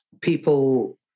people